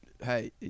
hey